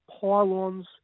Pylons